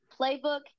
Playbook